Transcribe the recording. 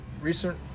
recent